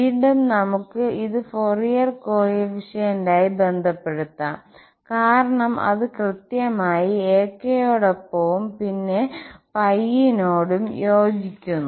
വീണ്ടും നമുക്ക് ഇത് ഫൊറിയർ കോഎഫിഷ്യന്റ്മായി ബന്ധപ്പെടുത്താംകാരണം അത് കൃത്യമായി ak യോടൊപ്പവും പിന്നെ നോടും യോജിക്കുന്നു